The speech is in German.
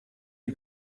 die